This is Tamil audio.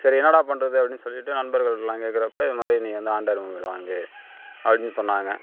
சரி என்னடா பண்ணுறது அப்டின்னு சொல்லிட்டு நண்பர்கள்டலாம் கேட்கறப்ப இதுமாதிரி நீ வந்து ஆண்ட்ராய்டு மொபைலு வாங்கு அப்படின்னு சொன்னாங்க